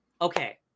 okay